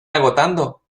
agotando